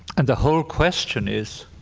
and the whole question is